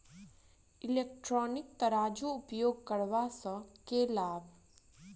Electronic तराजू उपयोग करबा सऽ केँ लाभ?